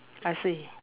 I see